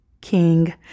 King